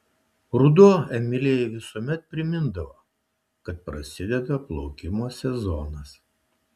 ruduo emilijai visuomet primindavo kad prasideda plaukimo sezonas